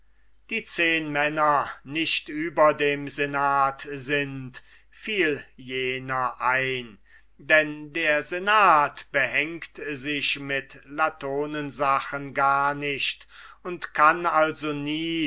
die zehnmänner nicht über den senat sind fiel jener ein denn der senat behängt sich mit latonensachen gar nicht und kann also nie